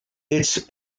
its